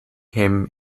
him